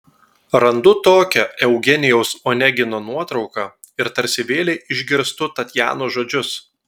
randu tokią eugenijaus onegino nuotrauką ir tarsi vėlei išgirstu tatjanos žodžius